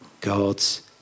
God's